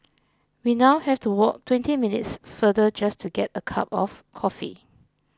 we now have to walk twenty minutes farther just to get a cup of coffee